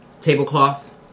tablecloth